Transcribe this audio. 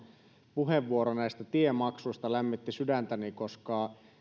puheenvuoro tiemaksuista lämmitti sydäntäni koska